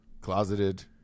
Closeted